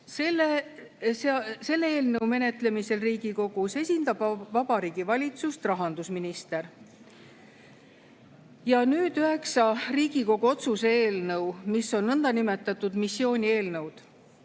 Selle eelnõu menetlemisel Riigikogus esindab Vabariigi Valitsust rahandusminister. Ja nüüd üheksa Riigikogu otsuse eelnõu, mis on nõndanimetatud missioonieelnõud.